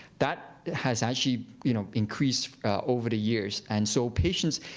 that has actually you know increased over the years. and so, patients,